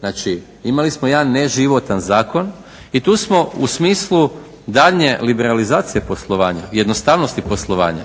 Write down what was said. Znači, imali smo jedan neživotan zakon i tu smo u smislu daljnje liberalizacije poslovanja, jednostavnosti poslovanja